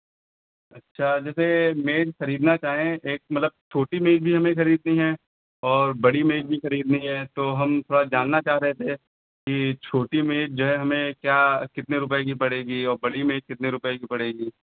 अच्छा जैसे मेज़ खरीदना चाहें एक मतलब छोटी मेज़ भी हमें खरीदनी है और बड़ी मेज़ भी खरीदनी है तो हम थोड़ा जानना चाह रहे थे की छोटी मेज़ जो है हमें क्या कितने रुपये की पड़ेगी और बड़ी मेज़ कितने रुपये की पड़ेगी